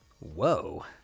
Whoa